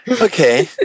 Okay